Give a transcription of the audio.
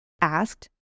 asked